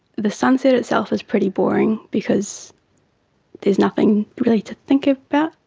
the sunset itself is pretty boring because there's nothing really to think about.